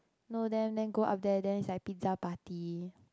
know them then go up there then it's like pizza party